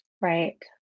Right